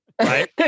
right